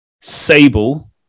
Sable